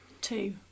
Two